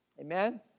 Amen